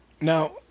Now